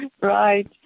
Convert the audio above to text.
Right